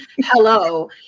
Hello